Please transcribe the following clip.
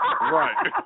Right